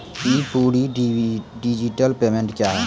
ई रूपी digital payment क्या हैं?